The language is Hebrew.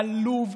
עלוב,